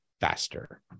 faster